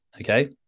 okay